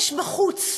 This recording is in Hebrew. יש בחוץ,